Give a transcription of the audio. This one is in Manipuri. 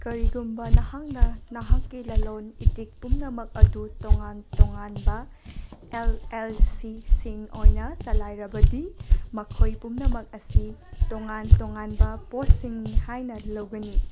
ꯀꯔꯤꯒꯨꯝꯕ ꯅꯍꯥꯛꯅ ꯅꯍꯥꯛꯀꯤ ꯂꯂꯣꯟ ꯏꯇꯤꯛ ꯄꯨꯝꯅꯃꯛ ꯑꯗꯨ ꯇꯣꯉꯥꯟ ꯇꯣꯉꯥꯟꯕ ꯑꯦꯜ ꯑꯦꯜ ꯁꯤꯁꯤꯡ ꯑꯣꯏꯅ ꯆꯂꯥꯏꯔꯕꯗꯤ ꯃꯈꯣꯏ ꯄꯨꯝꯅꯃꯛ ꯑꯁꯤ ꯇꯣꯉꯥꯟ ꯇꯣꯉꯥꯟꯕ ꯄꯣꯠꯁꯤꯡꯅꯤ ꯍꯥꯏꯅ ꯂꯧꯒꯅꯤ